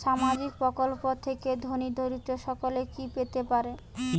সামাজিক প্রকল্প থেকে ধনী দরিদ্র সকলে কি পেতে পারে?